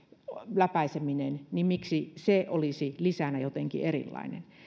läpäiseminen olisi lisänä jotenkin erilainen